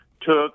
took